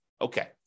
okay